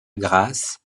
grâce